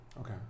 Okay